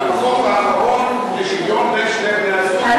עם החוק האחרון לשוויון בין שני בני-הזוג,